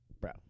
Bro